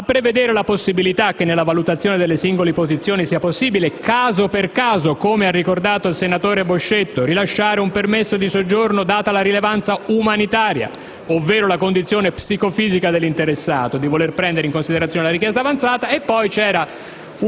a prevedere la possibilità che nella valutazione delle singole posizioni sia possibile caso per caso rilasciare un permesso di soggiorno data la rilevanza umanitaria - ovvero la condizione psicofisica dell''interessato - di voler prendere in considerazione la richiesta avanzata; relativamente